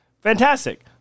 Fantastic